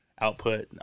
output